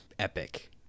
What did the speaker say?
epic